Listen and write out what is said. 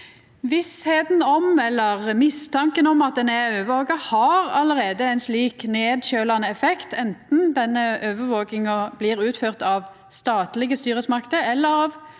mistanken om at ein er overvaka, har allereie ein slik nedkjølande effekt, anten overvakinga blir utført av statlege styresmakter eller av